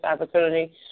opportunity